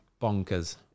Bonkers